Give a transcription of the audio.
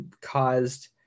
caused